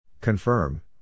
Confirm